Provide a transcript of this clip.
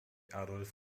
adolf